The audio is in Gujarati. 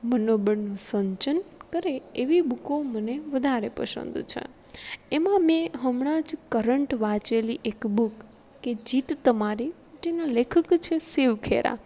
મનોબળનું સિંચન કરે એવી બૂકો મને વધારે પસંદ છે એમા મેં હમણાં જ કરન્ટ વાંચેલી એક બુક કે જીત તમારી જેના લેખક છે શિવ ખેરા